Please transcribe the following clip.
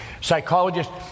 psychologists